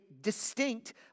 distinct